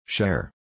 Share